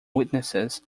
witnesses